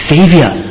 Savior